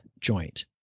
joint